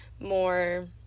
more